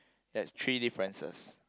that's three differences